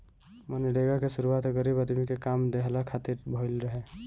मनरेगा के शुरुआत गरीब आदमी के काम देहला खातिर भइल रहे